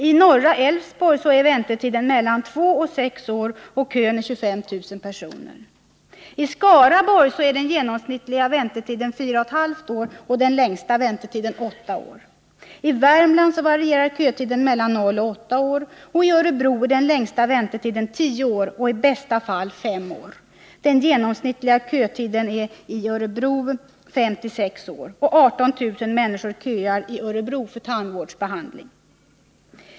I norra Älvsborg är väntetiden mellan två och sex år, och kön omfattar 25 000 personer. I Skaraborg är den genomsnittliga väntetiden fyra och ett halvt år och den längsta väntetiden åtta år. I Värmland varierar kötiden mellan noll och åtta år. I Örebro är den längsta väntetiden tio år och i bästa fall fem år, och den genomsnittliga kötiden är i Örebro fem till sex år. 18 000 människor köar i Örebro för tandvårdsbehandling.